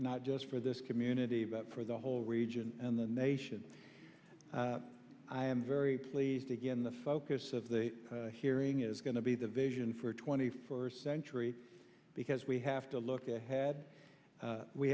not just for this community but for the whole region and the nation i am very pleased again the focus of the hearing is going to be the vision for a twenty first century because we have to look ahead